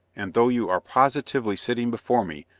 and though you are positively sitting before me,